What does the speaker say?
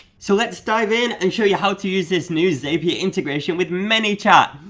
so let's dive in and show you how to use this new zapier integration with manychat!